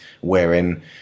wherein